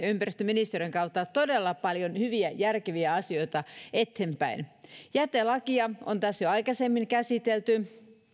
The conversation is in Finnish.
ja ympäristöministeriön kautta todella paljon hyviä järkeviä asioita eteenpäin jätelakia on tässä jo aikaisemmin käsitelty